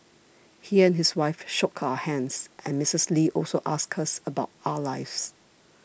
he and his wife shook our hands and Missus Lee also asked us about our lives